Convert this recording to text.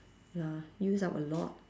ya use up a lot